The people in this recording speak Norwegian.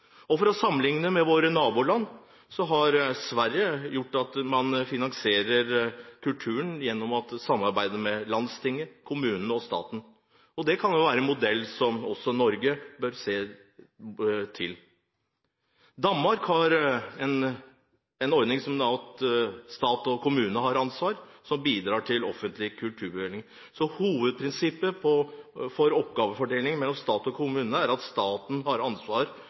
med våre naboland viser at Sverige finansierer kulturen gjennom et samarbeid mellom landsting, kommuner og staten. Det kan være en modell som også Norge bør se på. I Danmark er det stat og kommune som har ansvar for å bidra til de offentlige kulturbevilgningene. Hovedprinsippet for oppgavefordelingen mellom stat og kommune er at staten har